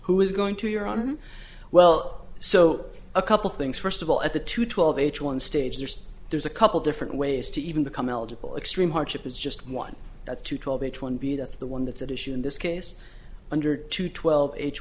who is going to you're on well so a couple things first of all at the two twelve age one stage there's there's a couple different ways to even become eligible extreme hardship is just one that's two twelve h one b that's the one that's at issue in this case under two twelve h